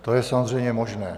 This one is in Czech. To je samozřejmě možné.